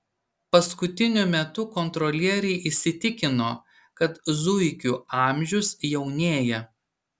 paskutiniu metu kontrolieriai įsitikino kad zuikių amžius jaunėja